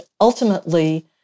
ultimately